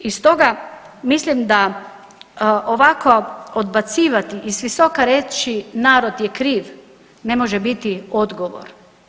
I stoga mislim da ovako odbacivati i s visoka reći narod je kriv ne može biti odgovor.